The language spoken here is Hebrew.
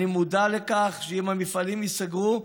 ואני מודע לכך שאם המפעלים ייסגרו,